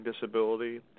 disability